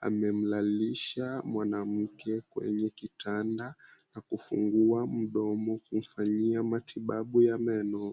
Amemlalisha mwanamke kwenye kitanda, na kufungua mdomo kumfanyia matibabu ya meno.